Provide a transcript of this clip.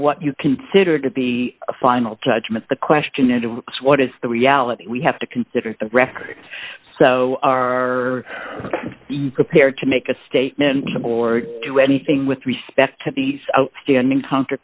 what you consider to be a final judgment the question is what is the reality we have to consider the record so are you prepared to make a statement or do anything with respect to these outstanding